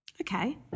Okay